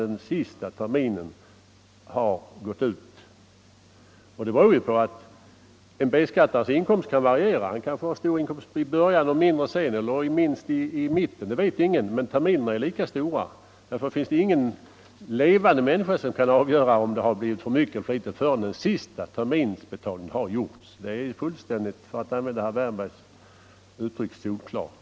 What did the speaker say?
Detta beror på att en B-skattebetalares inkomst kan variera. Han kan ha stor inkomst i början och liten inkomst sedan eller tvärtom, men skatteinbetalningarna är lika stora vid alla sex terminerna.